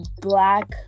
black